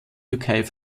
türkei